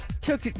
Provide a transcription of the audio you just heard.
took